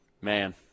man